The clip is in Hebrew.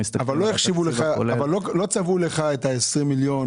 אבל לא צבעו את ה-20 מיליון.